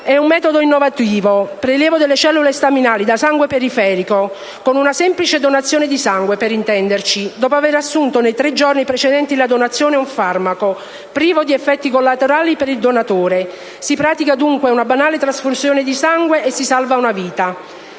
un metodo innovativo, che consiste nel prelievo delle cellule staminali da sangue periferico (con una semplice donazione di sangue, per intenderci), dopo aver assunto nei tre giorni precedenti la donazione un farmaco, privo di effetti collaterali per il donatore. Si pratica dunque una banale trasfusione di sangue e si salva una vita.